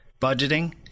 budgeting